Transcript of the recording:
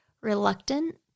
reluctant